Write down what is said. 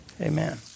Amen